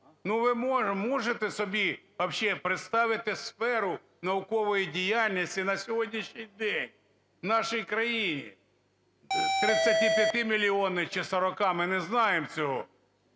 Ну, ви можете собі вообще представити сферу наукової діяльності на сьогоднішній день у нашій країні 35-мільйонній чи 40-а, ми не знаємо цього?